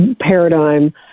paradigm